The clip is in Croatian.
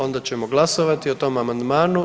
Onda ćemo glasovati o tom amandmanu.